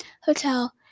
hotel